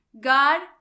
God